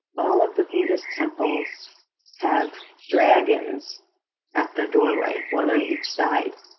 all of the buddhist temples have dragons at the doorway, one on each side.